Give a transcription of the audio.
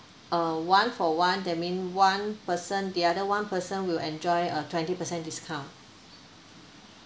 a one for one that mean one person the other one person will enjoy a twenty percent discount